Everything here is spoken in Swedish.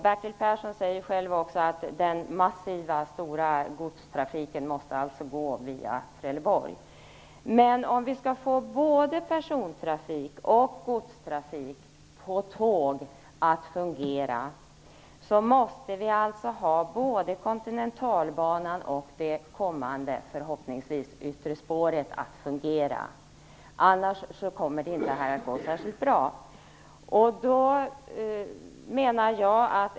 Bertil Persson säger också att den massiva godstrafiken måste gå via Trelleborg. Om vi skall få både persontrafik och godstrafik på tåg att fungera måste alltså både kontinentalbanan och det förhoppningsvis kommande yttre spåret fungera. Annars kommer inte detta att gå särskilt bra.